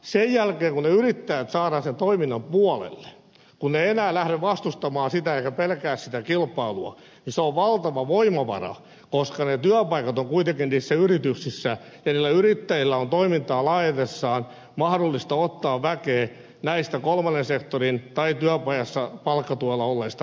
sen jälkeen kun yrittäjät saadaan sen toiminnan puolelle kun he eivät enää lähde vastustamaan sitä eivätkä pelkää sitä kilpailua se on valtava voimavara koska ne työpaikat ovat kuitenkin yrityksissä ja yrittäjillä on toimintaa laajentaessaan mahdollista ottaa väkeä kolmannelta sektorilta tai työpajassa palkkatuella olleista henkilöistä